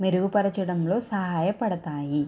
మెరుగుపరచడంలో సహాయ పడతాయి